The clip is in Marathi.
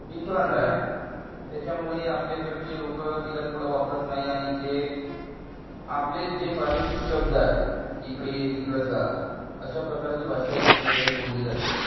डिफरंट आहे त्याच्यामुळे आपल्याकडचे लोक तिला तेवढं वापरत नाही आणि जे आपले जे प्रादेशिक शब्द आहेत इकडे ये तिकडं जा अशा प्रकारची भाषाही आपल्याकडे बोलली जाते